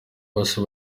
bose